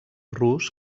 rus